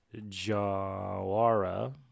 Jawara